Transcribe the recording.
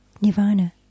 nirvana